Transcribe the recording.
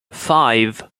five